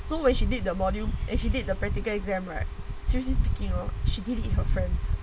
so when she did the module then she did the practical exam right seriously speaking hor she did it for her friends